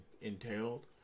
entailed